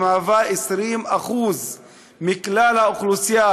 שהיא 20% מכלל האוכלוסייה,